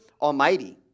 Almighty